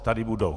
Tady budou.